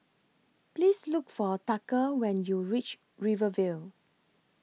Please Look For Tucker when YOU REACH Rivervale